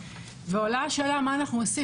ועולה השאלה מה אנחנו עושים,